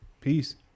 Peace